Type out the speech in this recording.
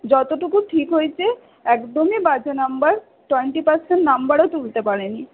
যতটুকু ঠিক হয়েছে একদমই বাজে নম্বর টোয়েন্টি পারসেন্ট নম্বরও তুলতে পারেনি